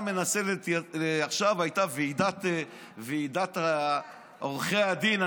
עכשיו הייתה ועידת עורכי הדין,